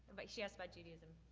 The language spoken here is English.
like she asked about judaism.